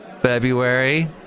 February